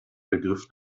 ergriff